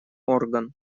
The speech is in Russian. орган